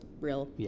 real